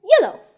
yellow